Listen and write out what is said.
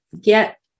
get